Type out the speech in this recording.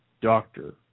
doctor